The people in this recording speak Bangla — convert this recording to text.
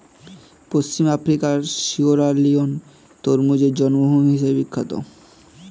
পশ্চিম আফ্রিকার সিয়েরালিওন তরমুজের জন্মভূমি হিসেবে বিখ্যাত